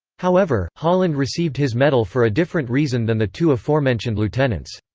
however, holland received his medal for a different reason than the two aforementioned lieutenants.